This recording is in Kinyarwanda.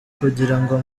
kugirango